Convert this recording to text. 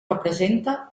representa